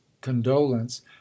condolence